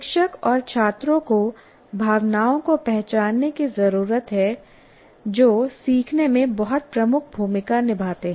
शिक्षक और छात्रों को भावनाओं को पहचानने की जरूरत है जो सीखने में बहुत प्रमुख भूमिका निभाते हैं